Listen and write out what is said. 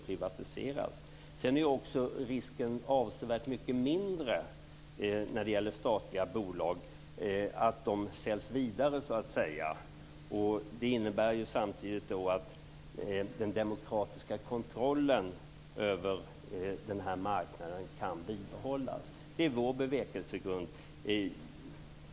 I statliga bolag är också risken avsevärt mycket mindre för att de säljs vidare. Samtidigt innebär det att den demokratiska kontrollen över denna marknad kan bibehållas. Det är vår bevekelsegrund.